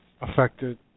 affected